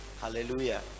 hallelujah